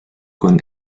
con